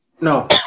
No